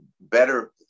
better